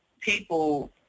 People